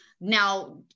now